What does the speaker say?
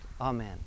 Amen